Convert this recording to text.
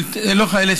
לא חיילי,